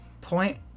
point